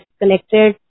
connected